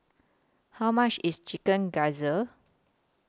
How much IS Chicken Gizzard